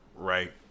Right